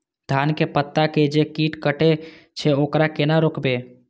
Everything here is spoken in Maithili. धान के पत्ता के जे कीट कटे छे वकरा केना रोकबे?